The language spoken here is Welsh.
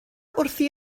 wrthi